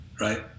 Right